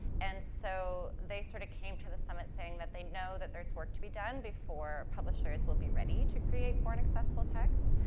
and so, they sort of came to the summit saying that they know that there's work to be done before publishers will be ready to create born-accessible texts.